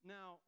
Now